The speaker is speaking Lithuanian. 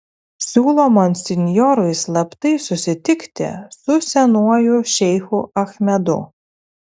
siūlo monsinjorui slaptai susitikti su senuoju šeichu achmedu